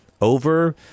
over